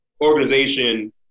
organization